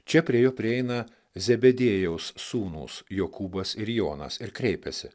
čia prie jo prieina zebediejaus sūnūs jokūbas ir jonas ir kreipiasi